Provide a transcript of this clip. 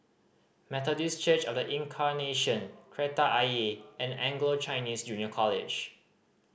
Methodist Church Of The Incarnation Kreta Ayer and Anglo Chinese Junior College